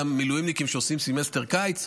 למילואימניקים שעושים סמסטר קיץ,